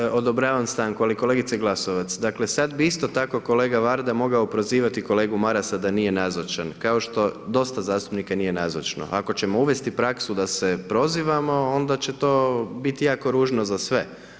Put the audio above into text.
Dakle, odobravam stanku, ali kolegice Glasovac, dakle sad bi isto tako kolega Varda mogao prozivati kolegu Marasa da nije nazočan, kao što dosta zastupnika nije nazočno, ako ćemo uvesti praksu da se prozivamo onda će to biti jako ružno za sve.